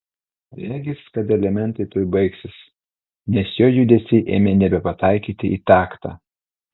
regis kad elementai tuoj baigsis nes jo judesiai ėmė nebepataikyti į taktą